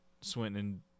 Swinton